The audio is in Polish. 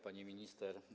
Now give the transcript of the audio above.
Pani Minister!